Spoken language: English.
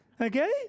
okay